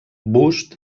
bust